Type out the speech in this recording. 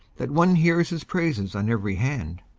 that one hears his praises on every hand.